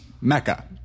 Mecca